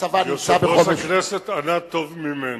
הצבא שנמצא בחומש, יושב-ראש הכנסת ענה טוב ממני.